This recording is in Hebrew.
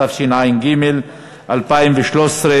התשע"ג 2013,